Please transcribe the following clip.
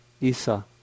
Isa